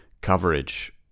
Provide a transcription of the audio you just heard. coverage